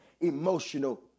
emotional